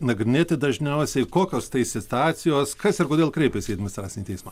nagrinėti dažniausiai kokios tai situacijos kas ir kodėl kreipiasi į administracinį teismą